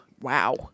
Wow